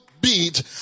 beat